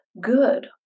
good